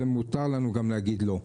ומותר לנו גם להגיד לא.